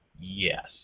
Yes